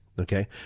Okay